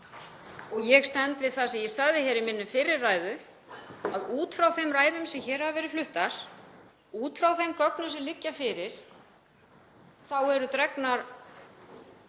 Ég stend við það sem ég sagði í minni fyrri ræðu, að út frá þeim ræðum sem hér hafa verið fluttar og út frá þeim gögnum sem liggja fyrir þá eru dregnar